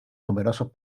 numerosos